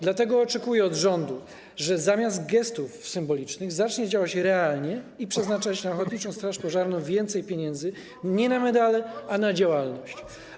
Dlatego oczekuję od rządu, że zamiast gestów symbolicznych zacznie działać realnie i przeznaczać na ochotniczą straż pożarną więcej pieniędzy, nie na medale, a na działalność.